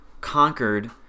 conquered